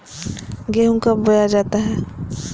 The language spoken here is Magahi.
गेंहू कब बोया जाता हैं?